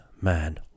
man